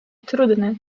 trudny